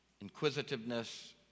inquisitiveness